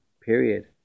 Period